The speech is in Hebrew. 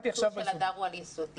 העבודה של הדר הוא על יסודי.